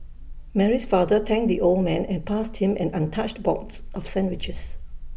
Mary's father thanked the old man and passed him an untouched box of sandwiches